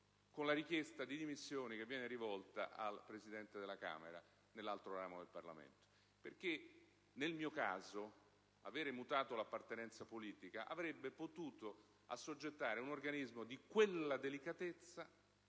con la richiesta di dimissioni che viene rivolta al Presidente della Camera nell'altro ramo del Parlamento. Nel mio caso, aver mutato l'appartenenza politica avrebbe potuto assoggettare un organismo di quella delicatezza,